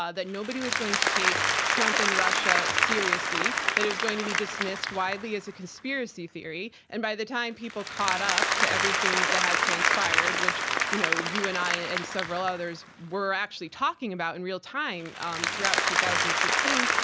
ah that nobody was going to take trump and russia seriously, that it was going to be dismissed widely as a conspiracy theory and by the time people caught up to everything that had transpired, which you know you and i and several others were actually talking about in real time um throughout two thousand and sixteen,